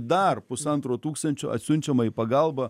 dar pusantro tūkstančio atsiunčiama į pagalbą